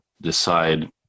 decide